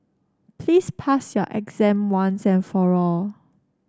please pass your exam once and for all